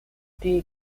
die